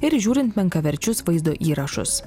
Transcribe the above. ir žiūrint menkaverčius vaizdo įrašus